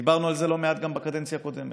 דיברנו על זה לא מעט גם בקדנציה הקודמת.